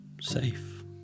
safe